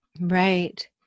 Right